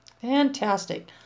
Fantastic